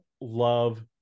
love